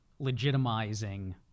legitimizing